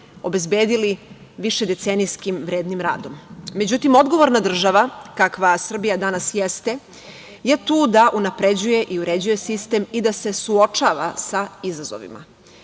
obezbedili višedecenijskim vrednim radom. Međutim, odgovorna država, kakva Srbija danas jeste je tu da unapređuje i uređuje sistem i da se suočava sa izazovima. Sam